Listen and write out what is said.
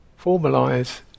formalize